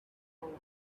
none